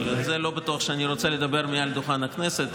אבל על זה לא בטוח שאני רוצה לדבר מעל דוכן הכנסת.